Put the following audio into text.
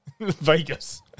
Vegas